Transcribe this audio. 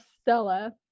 Stella